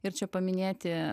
ir čia paminėti